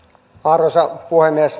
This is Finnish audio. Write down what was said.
arvoisa puhemies